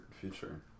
future